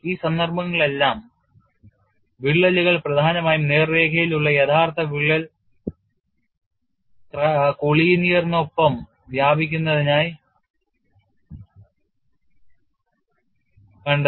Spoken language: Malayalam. ഈ സന്ദർഭങ്ങളിലെല്ലാം വിള്ളലുകൾ പ്രധാനമായും നേർരേഖയിലുള്ള യഥാർത്ഥ വിള്ളൽ കൊളീനിയറിനൊപ്പം വ്യാപിക്കുന്നതായി കണ്ടെത്തി